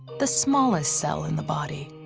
the smallest cell in the body.